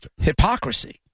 hypocrisy